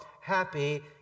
happy